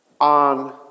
on